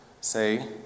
say